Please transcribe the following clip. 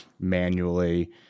manually